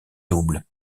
double